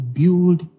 build